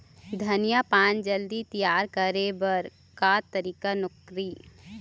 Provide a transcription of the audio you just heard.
धनिया पान जल्दी तियार करे बर का तरीका नोकरी?